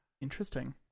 Interesting